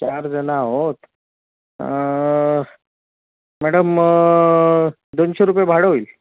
चारजणं आहोत मॅडम मग दोनशे रुपये भाडं होईल